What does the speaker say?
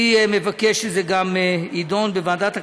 אני גם מבקש שזה יידון בוועדת הכספים,